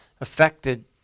affected